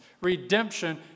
Redemption